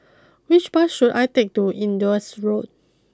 which bus should I take to Indus Road